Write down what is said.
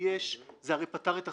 זה פטר את החייב.